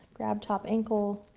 grab top ankle,